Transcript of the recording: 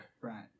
right